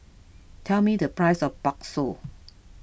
tell me the price of Bakso